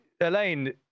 Elaine